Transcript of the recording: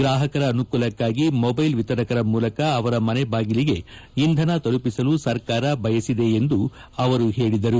ಗ್ರಾಹಕರ ಅನುಕೂಲಕ್ಕಾಗಿ ಮೊಬೈಲ್ ವಿತರಕರ ಮೂಲಕ ಅವರ ಮನೆ ಬಾಗಿಲಿಗೆ ಇಂಧನ ತಲುಪಿಸಲು ಸರ್ಕಾರ ಬಯಸಿದೆ ಎಂದು ಅವರು ಹೇಳಿದರು